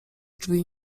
drzwi